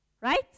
right